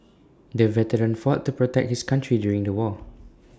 the veteran fought to protect his country during the war